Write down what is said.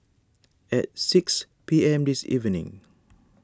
at six P M this evening